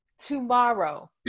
tomorrow